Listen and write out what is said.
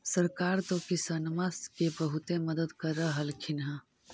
सरकार तो किसानमा के बहुते मदद कर रहल्खिन ह?